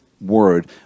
word